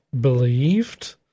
believed